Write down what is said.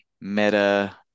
meta